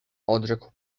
odrzekł